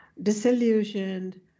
disillusioned